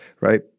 right